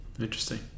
Interesting